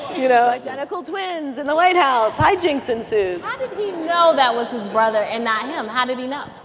you know? identical twins in the white house, high jinks ensues how did he know that was his brother and not him? how did he know?